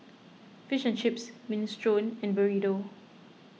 Fish and Chips Minestrone and Burrito